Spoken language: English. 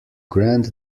grand